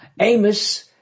Amos